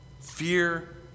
Fear